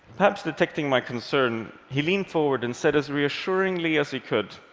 perhaps detecting my concern, he leaned forward, and said, as reassuringly as he could,